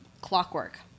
clockwork